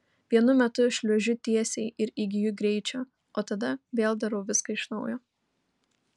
vienu metu šliuožiu tiesiai ir įgyju greičio o tada vėl darau viską iš naujo